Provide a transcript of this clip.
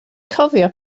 cofio